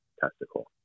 testicle